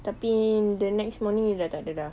tetapi the next morning dia dah tak ada dah